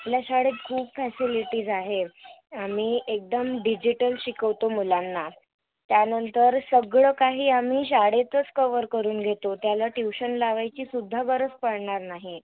आपल्या शाळेत खूप फॅसिलिटीज आहेत आम्ही एकदम डिजिटल शिकवतो मुलांना त्यानंतर सगळं काही आम्ही शाळेतच कव्हर करून घेतो त्याला ट्युशन लावायची सुद्धा गरज पडणार नाही